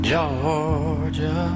Georgia